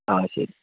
ആ ശരി